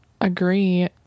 agree